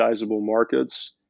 markets